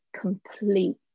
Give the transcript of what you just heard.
complete